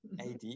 AD